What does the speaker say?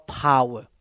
power